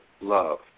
love